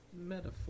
metaphor